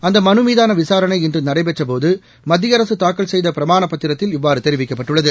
அந்த மனு மீதான விசாரணை இன்று நடைபெற்ற போது மத்திய அரசு தாக்கல் செய்த பிரமாண பத்திரத்தில் இவ்வாறு தெரிவிக்கப்பட்டுள்ளது